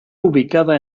ubicada